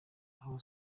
aho